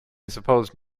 suppose